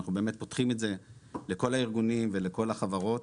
שאנחנו באמת פותחים את זה לכל הארגונים ולכל החברות.